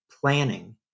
planning